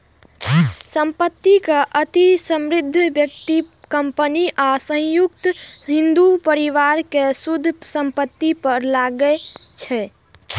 संपत्ति कर अति समृद्ध व्यक्ति, कंपनी आ संयुक्त हिंदू परिवार के शुद्ध संपत्ति पर लागै छै